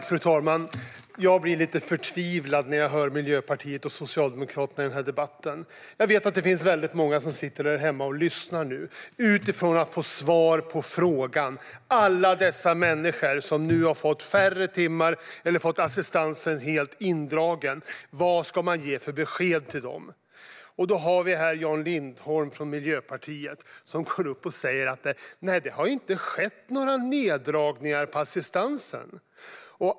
Fru talman! Jag blir lite förtvivlad när jag hör företrädarna för Miljöpartiet och Socialdemokraterna i debatten. Jag vet att det nu finns väldigt många som sitter därhemma och lyssnar utifrån att få svar på frågan: Vad ska man ge för besked till alla dessa människor som nu har fått färre timmar eller har fått assistansen helt indragen? Vi har här Jan Lindholm från Miljöpartiet som går upp i talarstolen och säger: Det har inte skett några neddragningar i assistansen.